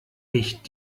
nicht